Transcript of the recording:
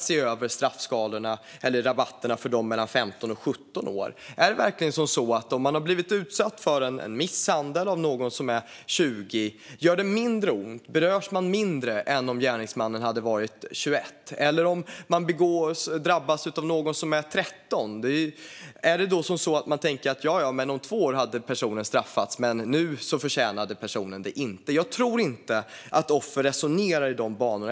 Som det är nu vägrar Miljöpartiet att se över rabatterna för dem mellan 15 och 17 år. Om man har blivit utsatt för en misshandel av någon som är 20 år - gör det mindre ont då? Berörs man mindre än om gärningsmannen hade varit 21 år? Och om man drabbas av ett brott som begås av någon som är 13 år, tänker man då: Ja, om två år hade den här personen straffats, men nu förtjänade personen det inte. Jag tror inte att offer resonerar i de banorna.